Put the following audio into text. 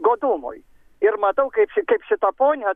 godumui ir matau kaip ši kaip šita ponia